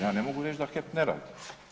Ja ne mogu reć da HEP ne radi.